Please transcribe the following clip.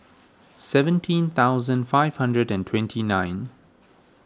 seventeen thousand five hundred and twenty nine